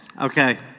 Okay